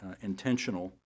intentional